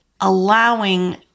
allowing